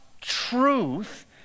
truth